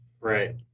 Right